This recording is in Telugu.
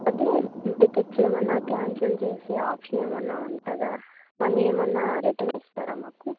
అదే టికెట్స్ ఏమన్నా క్యాన్సిల్ చేసే ఆప్షన్ ఏమన్నా ఉంటుందా మనీ ఏమన్నా రిటన్ ఇస్తారా మాకు